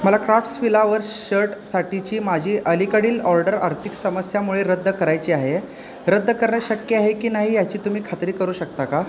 मला क्राफ्ट्सविलावर शर्टसार्लीची माझी अलीकडील ऑर्डर आर्थिक समस्यामुळे रद्द करायची आहे रद्द करणं शक्य आहे की नाही याची तुम्ही खात्री करू शकता का